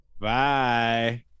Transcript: Bye